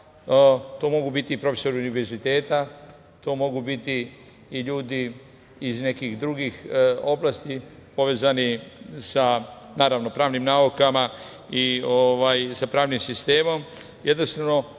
To mogu biti i profesori univerziteta, to mogu biti i ljudi iz nekih drugih oblasti povezani sa pravnim naukama i sa pravnim sistemom,